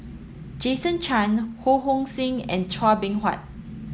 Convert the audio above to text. Jason Chan Ho Hong Sing and Chua Beng Huat